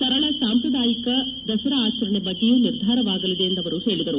ಸರಳ ಸಾಂಪ್ರದಾಯಿಕ ದಸರಾ ಆಚರಣೆ ಬಗ್ಗೆಯೂ ನಿರ್ಧಾರವಾಗಲಿದೆ ಎಂದು ಅವರು ಹೇಳಿದರು